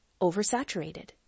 oversaturated